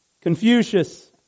Confucius